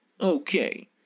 Okay